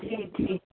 जी जी